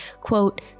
quote